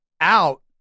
out